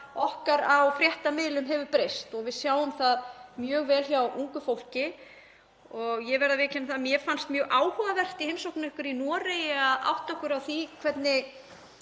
okkar á fréttamiðlum hefur breyst. Við sjáum það mjög vel hjá ungu fólki. Ég verð að viðurkenna að mér fannst mjög áhugavert í heimsókn okkar í Noregi að átta okkur á því hvernig